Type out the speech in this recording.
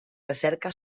recerca